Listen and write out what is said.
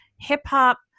hip-hop